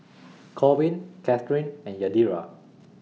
Korbin Kathyrn and Yadira